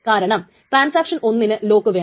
കാരണം ട്രാൻസാക്ഷൻ 1 ന് ലോക്ക് വേണം